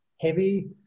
heavy